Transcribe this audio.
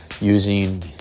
using